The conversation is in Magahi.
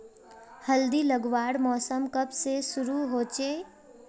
हल्दी लगवार मौसम कब से शुरू होचए?